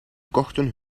kochten